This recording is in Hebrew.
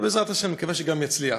ובעזרת השם נקווה שגם יצליח.